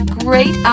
great